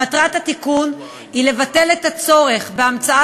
מטרת התיקון היא לבטל את הצורך בהמצאת